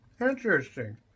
Interesting